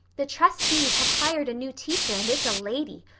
the trustees have hired a new teacher and it's a lady.